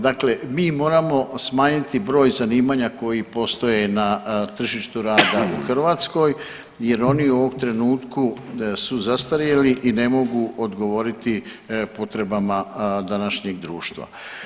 Dakle, mi moramo smanjiti broj zanimanja koji postoje na tržištu rada u Hrvatskoj jer oni u ovom trenutku su zastarjeli i ne mogu odgovoriti potrebama današnjeg društva.